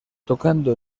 tocando